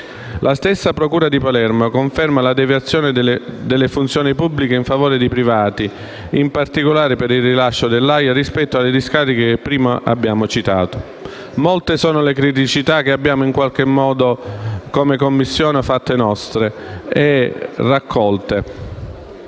La stessa procura di Palermo conferma la deviazione delle funzioni pubbliche in favore di privati, in particolare per il rilascio dell'AIA rispetto alle discariche che prima abbiamo citato. E molte sono le criticità che come Commissione abbiamo in qualche modo fatto nostre e raccolto.